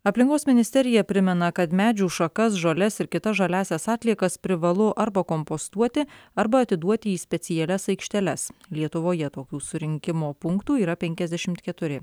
aplinkos ministerija primena kad medžių šakas žoles ir kitas žaliąsias atliekas privalu arba kompostuoti arba atiduoti į specialias aikšteles lietuvoje tokių surinkimo punktų yra penkiasdešimt keturi